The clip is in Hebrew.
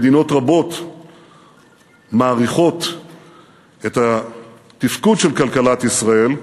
מדינות רבות מעריכות את התפקוד של כלכלת ישראל,